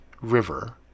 river